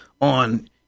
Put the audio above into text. on